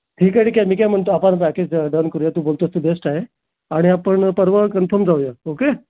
ठीक आहे ठीक आहे मी काय म्हणतो आपण बाकीचं डन करूया तू बोलतो आहेस ते बेस्ट आहे आणि आपण परवा कन्फर्म जाऊया ओके